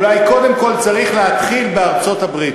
אולי קודם כול צריך להתחיל בארצות-הברית.